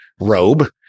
robe